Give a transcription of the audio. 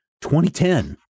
2010